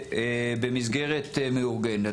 שצריך במסגרת מאורגנת.